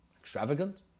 Extravagant